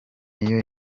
iyo